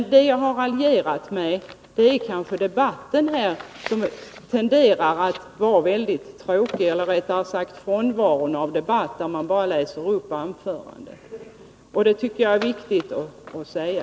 Vad jag raljerat med är debatten här, som tenderar att bli väldigt tråkig, eller — rättare sagt — frånvaron av debatt när man bara läser upp sina anföranden. Det tycker jag att det är viktigt att säga.